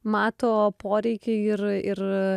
mato poreikį ir ir